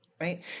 Right